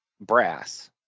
brass